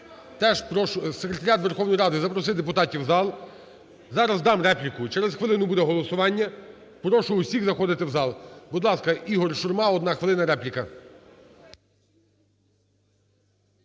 Секретаріат Верховної Ради, запросіть депутатів у зал. Зараз дам репліку, через хвилину буде голосування, прошу всіх заходити в зал. Будь ласка, ІгорШурма, 1 хвилина, репліка.